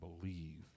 believe